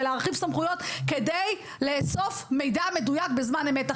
ובאמצעותו אפשר להרחיב סמכויות כדי לאסוף מידע מדויק בזמן אמת,